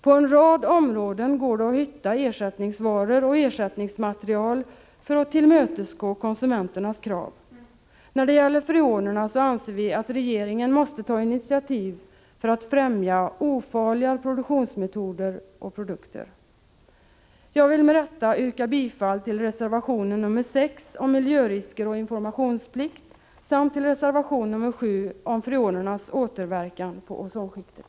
På en rad områden går det att hitta ersättningsvaror och ersättningsmaterial för att tillmötesgå konsumenternas krav. När det gäller freonerna anser vi att regeringen måste ta initiativ för att främja ofarligare produktionsmetoder och produkter. Jag vill med detta yrka bifall till reservationen 6 om miljörisker och informationsplikt samt till reservationen 7 om freonernas återverkan på ozonskiktet.